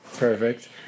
Perfect